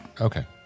Okay